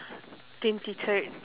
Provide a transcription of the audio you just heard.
twenty third